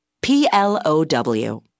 P-L-O-W